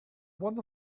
one